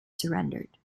surrendered